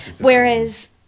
Whereas